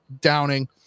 Downing